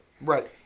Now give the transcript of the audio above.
Right